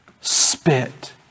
Spit